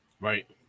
Right